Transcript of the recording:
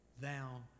thou